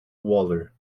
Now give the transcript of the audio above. waller